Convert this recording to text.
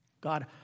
God